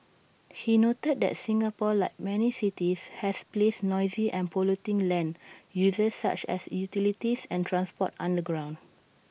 he noted that Singapore like many cities has placed noisy and polluting land uses such as utilities and transport underground